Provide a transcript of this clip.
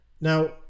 Now